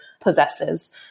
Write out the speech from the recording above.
possesses